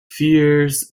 fears